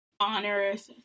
honors